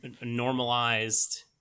normalized